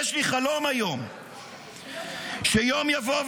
יש לי חלום היום שיום יבוא,